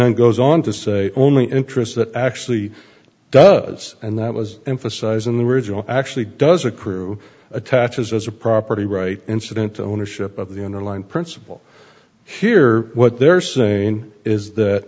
then goes on to say only interests that actually does and that was emphasized in the original actually does accrue attaches as a property right incident to ownership of the underlying principle here what they're saying is that